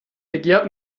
begehrt